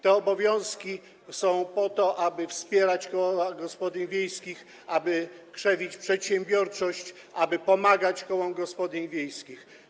Te obowiązki są po to, aby wspierać koła gospodyń wiejskich, aby krzewić przedsiębiorczość, aby pomagać kołom gospodyń wiejskich.